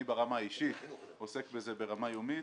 אני ברמה האישית עוסק בזה ברמה יומית.